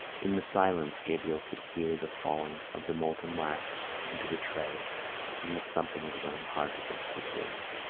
in the silence gabriel could hear the falling of the molten wax into the tray and the thumping of his own heart against his ribs.